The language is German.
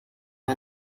wir